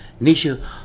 Nisha